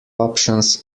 options